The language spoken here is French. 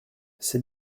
c’est